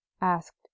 asked